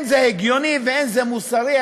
זה לא הגיוני וזה לא מוסרי,